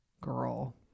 Girl